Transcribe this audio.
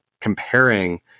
comparing